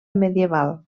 medieval